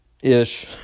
ish